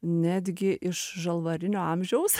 netgi iš žalvarinio amžiaus